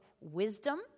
wisdom